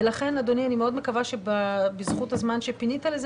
לכן אדוני אני מאוד מקווה שבזכות הזמן שפינית לזה